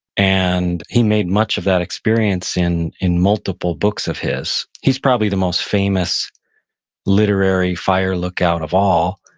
and he made much of that experience in in multiple books of his. he's probably the most famous literary fire lookout of all,